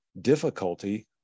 difficulty